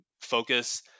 focus